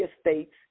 states